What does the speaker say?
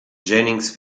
jennings